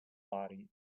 body